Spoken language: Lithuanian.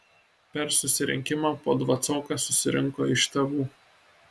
per susirinkimą po dvacoką susirinko iš tėvų